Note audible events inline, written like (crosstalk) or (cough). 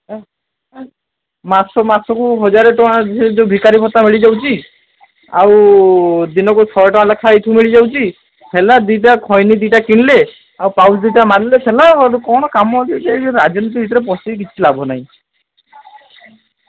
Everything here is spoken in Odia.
ମାସକୁ ମାସକୁ ହଜାରେ ଟଙ୍କା (unintelligible) ଭିକାରୀ ଭତ୍ତା ମିଳି ଯାଉଛି ଆଉ ଦିନକୁ ଶହେ ଟଙ୍କା ଲେଖାଁ ଏଇଠୁ ମିଳି ଯାଉଛି ହେଲା ଦୁଇଟା ଖଇନି ଦୁଇଟା କିଣିଲେ ଆଉ ପାଉଜ୍ ଦୁଇଟା ମାରିଲି ହେଲା ଆଉ କ'ଣ କାମ ଅଛି ସେଇ ରାଜନୀତି ଭିତରେ ପଶିକି କିଛି ଲାଭ ନାହିଁ